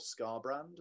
Scarbrand